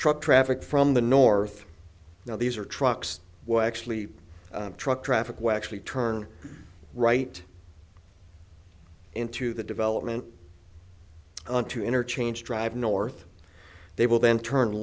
truck traffic from the north now these are trucks we're actually truck traffic we actually turn right into the development onto interchange drive north they will then turn